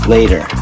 Later